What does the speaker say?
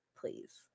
please